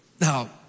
Now